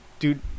Dude